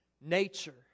nature